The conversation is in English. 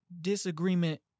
Disagreement